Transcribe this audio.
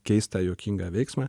keistą juokingą veiksmą